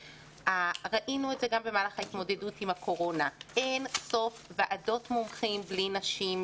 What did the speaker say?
ראינו את זה גם בהתמודדות עם הקורונה אין-סוף ועדות מומחים בלי נשים,